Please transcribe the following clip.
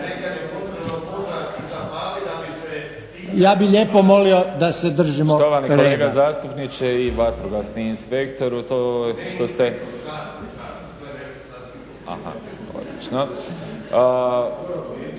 Ja bih lijepo molio da se držimo